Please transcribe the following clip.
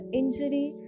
injury